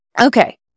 Okay